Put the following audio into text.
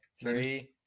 Three